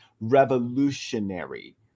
revolutionary